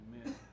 Amen